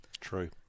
True